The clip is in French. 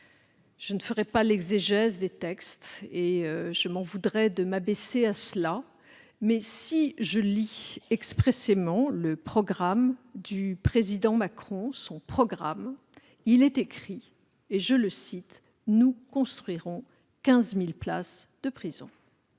Je ne ferai pas l'exégèse des textes- je m'en voudrais de m'abaisser à cela -, mais si je lis expressément le programme du président Macron, il est écrit :« Nous construirons 15 000 places de prison ».